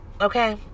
Okay